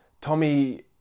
Tommy